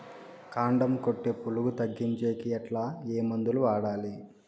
కాండం కొట్టే పులుగు తగ్గించేకి ఎట్లా? ఏ మందులు వాడాలి?